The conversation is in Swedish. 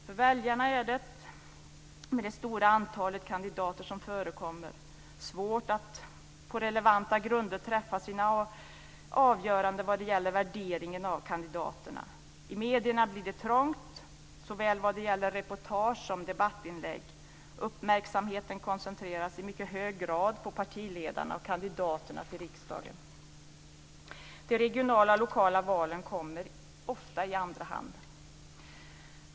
För väljarna är det, med det stora antal kandidater som förekommer, svårt att på relevanta grunder träffa sina avgöranden vad gäller värderingen av kandidaterna. I medierna blir det trångt, vad gäller såväl reportage som debattinlägg. Uppmärksamheten koncentreras i mycket hög grad på partiledarna och kandidaterna till riksdagen. De regionala och lokala valen kommer ofta i andra hand.